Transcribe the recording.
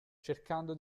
cercando